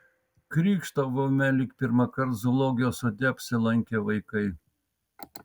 krykštavome lyg pirmąkart zoologijos sode apsilankę vaikai